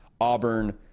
auburn